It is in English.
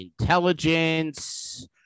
intelligence